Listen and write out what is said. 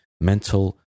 mental